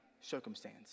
circumstance